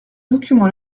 documents